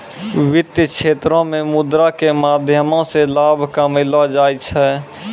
वित्तीय क्षेत्रो मे मुद्रा के माध्यमो से लाभ कमैलो जाय छै